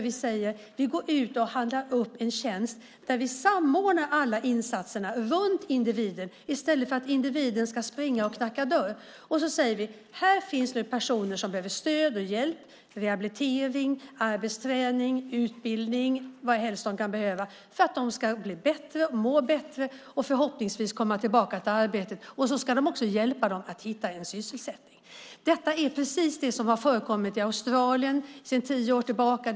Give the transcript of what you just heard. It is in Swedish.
Vi går ut och handlar upp en tjänst där vi samordnar alla insatserna runt individen i stället för att individen ska springa och knacka dörr. Vi säger: Här finns nu personer som behöver stöd och hjälp med rehabilitering, arbetsträning, utbildning och vad helst de kan behöva för att de ska bli bättre, må bättre och förhoppningsvis komma tillbaka till arbetet. Man ska också hjälpa dem att hitta en sysselsättning. Detta är precis det som har förekommit i Australien sedan tio år tillbaka.